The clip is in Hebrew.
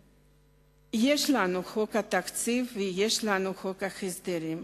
יש לנו חוק התקציב ויש לנו חוק ההסדרים,